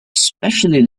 especially